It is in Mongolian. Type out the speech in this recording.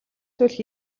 зүйл